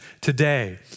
today